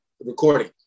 recording